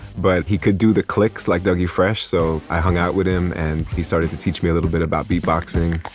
but he could do the clicks like doug e. fresh so i hung out with him and he started to teach me a little bit about beatboxing